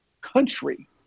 country